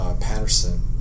Patterson